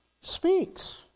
Speaks